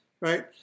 right